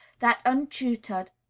that untutored,